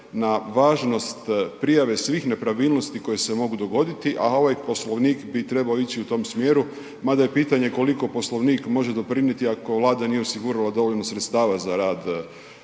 na važnost prijave svih nepravilnosti koje se mogu dogoditi, a ovaj poslovnik bi trebao ići i u tom smjeru mada je pitanje koliko poslovnik može doprinijeti ako Vlada nije osigurala dovoljno sredstava za rad ovog